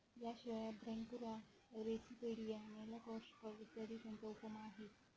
याशिवाय Brachyura, Cirripedia, Malacostraca इत्यादीही त्याच्या उपमा आहेत